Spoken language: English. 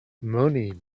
money